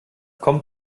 kommt